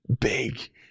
big